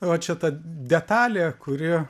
o čia ta detalė kuri